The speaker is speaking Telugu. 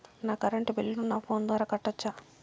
నా కరెంటు బిల్లును నా ఫోను ద్వారా కట్టొచ్చా?